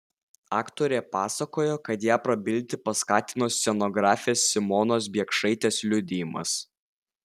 aktorė pasakojo kad ją prabilti paskatino scenografės simonos biekšaitės liudijimas